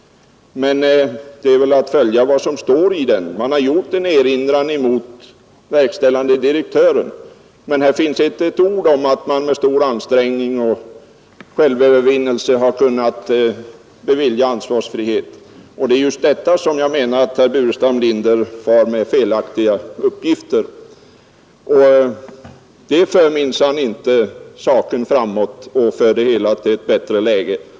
Men man bör väl följa vad som står i den. Revisorerna har gjort en erinran mot verkställande direktören, men där finns inte ett ord om att de med stor ansträngning och självövervinnelse kunnat bevilja ansvarsfrihet, och det är just beträffande detta som jag menar att herr Burenstam Linder far med felaktiga uppgifter. Sådant gör minsann inte att saken kommer i ett bättre läge.